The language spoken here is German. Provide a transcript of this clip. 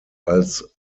als